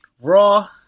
Raw